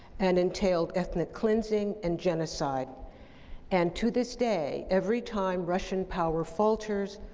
and entailed ethnic cleansing and genocide and to this day, every time russian power falters,